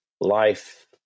life